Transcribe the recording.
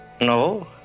No